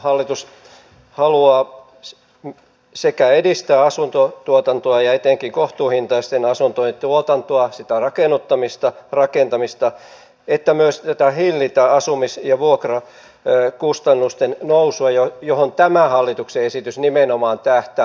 hallitus haluaa sekä edistää asuntotuotantoa ja etenkin kohtuuhintaisten asuntojen tuotantoa sitä rakennuttamista rakentamista että myös hillitä asumis ja vuokrakustannusten nousua johon tämä hallituksen esitys nimenomaan tähtää